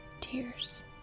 tears